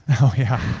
oh yeah.